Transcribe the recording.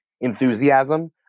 enthusiasm